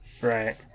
Right